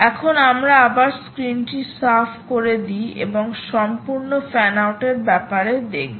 এখন আমরা আবার স্ক্রিনটি সাফ করে দিই এবং সম্পূর্ণ ফ্যান আউট এর ব্যাপারে দেখব